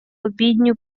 обідню